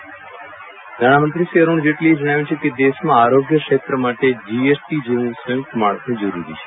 વિરલ રાણા અરુણ જેટલી આરોગ્ય સેવા નાણા મંત્રી શ્રી અરૂણ જેટલીએ જણાવ્યું છે કે દેશમાં આરોગ્ય ક્ષેત્ર માટે જીએસટી જેવું સંયુક્ત માળખું જરૂરી છે